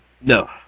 No